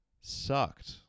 sucked